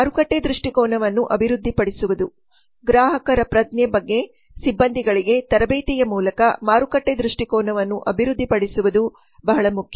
ಮಾರುಕಟ್ಟೆ ದೃಷ್ಟಿಕೋನವನ್ನು ಅಭಿವೃದ್ಧಿಪಡಿಸುವುದು ಗ್ರಾಹಕರ ಪ್ರಜ್ಞೆ ಬಗ್ಗೆ ಸಿಬ್ಬಂದಿಗಳಿಗೆ ತರಬೇತಿಯ ಮೂಲಕ ಮಾರುಕಟ್ಟೆ ದೃಷ್ಟಿಕೋನವನ್ನು ಅಭಿವೃದ್ಧಿಪಡಿಸುವುದು ಬಹಳ ಮುಖ್ಯ